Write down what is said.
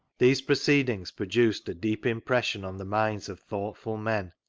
these proceedings produced a deep impression on the minds of thoughtful men,